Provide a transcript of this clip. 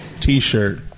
T-shirt